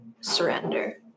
surrender